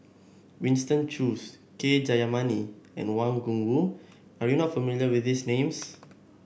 Winston Choos K Jayamani and Wang Gungwu are you not familiar with these names